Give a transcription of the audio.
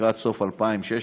לקראת סוף 2016,